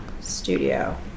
studio